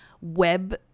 web